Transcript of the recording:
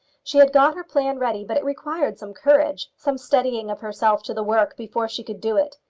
she had got her plan ready, but it required some courage, some steadying of herself to the work before she could do it.